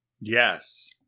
Yes